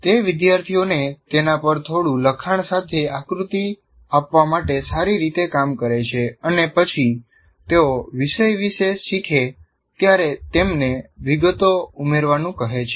તે વિદ્યાર્થીઓને તેના પર થોડું લખાણ સાથે આકૃતિ આપવા માટે સારી રીતે કામ કરે છે અને પછી તેઓ વિષય વિશે શીખે ત્યારે તેમને વિગતો ઉમેરવાનું કહે છે